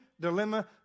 dilemma